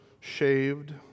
shaved